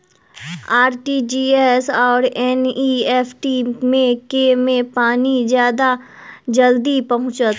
RTGS आओर NEFT मे केँ मे पानि जल्दी पहुँचत